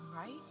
right